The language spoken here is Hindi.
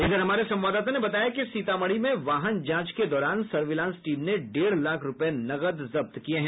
इधर हमारे संवाददाता ने बताया कि सीतामढ़ी में वाहन जांच के दौरान सर्विलांस टीम ने डेढ़ लाख रूपये नकद जब्त किये हैं